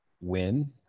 win